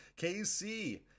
KC